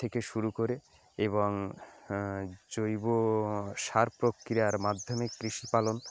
থেকে শুরু করে এবং জৈব সার প্রক্রিয়ার মাধ্যমে কৃষিপালন